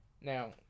Now